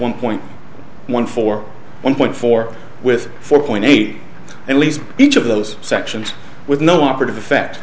one point one four one point four with four point eight at least each of those sections with no operative effect